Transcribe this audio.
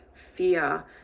fear